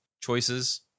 choices